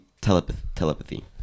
telepathy